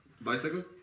Bicycle